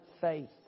faith